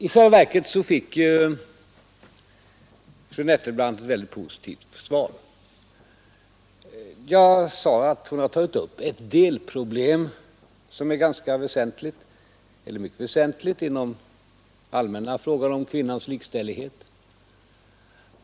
I själva verket fick fru Nettelbrandt ett mycket positivt svar. Hon har tagit upp ett mycket väsentligt delproblem i den allmänna frågan om kvinnans likställighet.